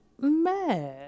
mad